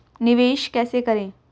निवेश कैसे करें?